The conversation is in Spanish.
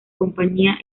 compañía